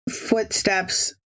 footsteps